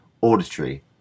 auditory